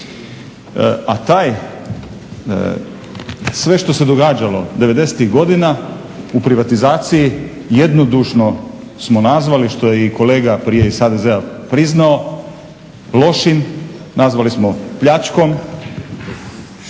A taj, sve što se događalo devedesetih godina u privatizaciji jednodušno smo nazvali, što je i kolega prije iz HDZ-a priznao lošim, nazvali smo pljačkom. Sada pokušavamo